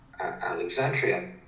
Alexandria